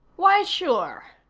why, sure,